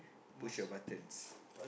push your buttons